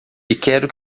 quero